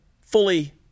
fully